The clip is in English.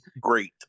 Great